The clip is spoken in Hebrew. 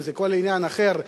אם בכל עניין אחר,